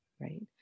right